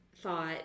thought